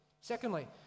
Secondly